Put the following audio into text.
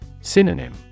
Synonym